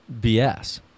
BS